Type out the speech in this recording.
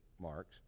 marks